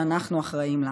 שאנחנו אחראים לה.